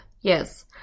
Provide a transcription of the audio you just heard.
Yes